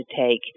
take